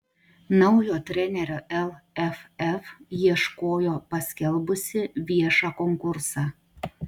naujo trenerio lff ieškojo paskelbusi viešą konkursą